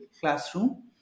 classroom